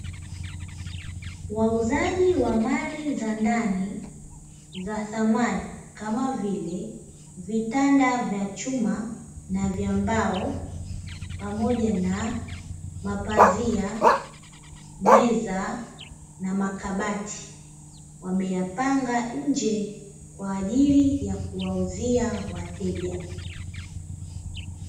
Wauzaji wa mali za ndani za samani kama vile vitanda vya chuma, na vya mbao pamoja na mapazia, meza na makabati wameyapanga nje kwa ajili ya kuwauzia wateja.